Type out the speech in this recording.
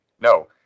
No